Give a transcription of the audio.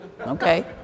okay